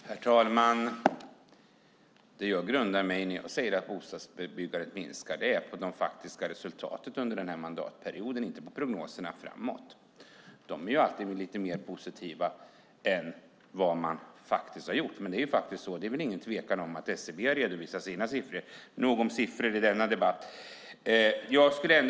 Herr talman! Det jag har som grund när jag säger att bostadsbyggandet minskar är det faktiska resultatet av mandatperioden, inte prognoserna framåt. De är alltid lite positivare än det som man faktiskt gjort. Men det är väl inget tvivel om att SCB har redovisat sina siffror. Nog om siffror i denna debatt!